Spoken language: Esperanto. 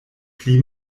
pli